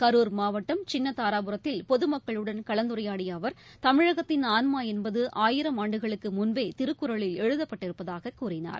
கரூர் மாவட்டம் சின்ன தாராபுரத்தில் பொது மக்களுடன் கலந்துரையாடிய அவர் தமிழகத்தின் ஆன்மா என்பது ஆயிரம் ஆண்டுகளுக்கு முன்பே திருக்குறளில் எழுதப்பட்டிருப்பதாக கூறினார்